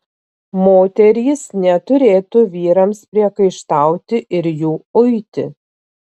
moterys neturėtų vyrams priekaištauti ir jų uiti